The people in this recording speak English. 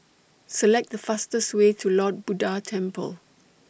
Select The fastest Way to Lord Buddha Temple